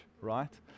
right